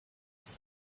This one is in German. ist